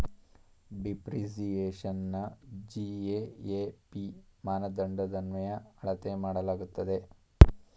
ಡಿಪ್ರಿಸಿಯೇಶನ್ನ GAAP ಮಾನದಂಡದನ್ವಯ ಅಳತೆ ಮಾಡಲಾಗುತ್ತದೆ